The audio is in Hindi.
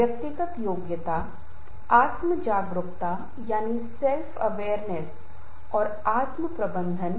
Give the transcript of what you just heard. वास्तव में दूसरे शब्दों में कोई यह कह सकता है कि यह अवांछित मित्र की तरह है जो हमेशा हमारे साथ होगा